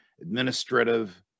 administrative